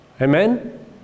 Amen